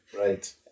Right